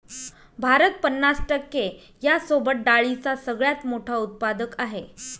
भारत पन्नास टक्के यांसोबत डाळींचा सगळ्यात मोठा उत्पादक आहे